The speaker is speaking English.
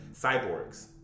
Cyborgs